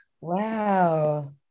Wow